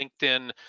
LinkedIn